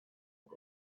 eta